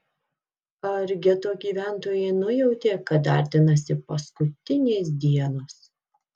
ar geto gyventojai nujautė kad artinasi paskutinės dienos